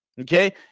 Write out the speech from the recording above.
okay